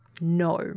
No